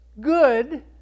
good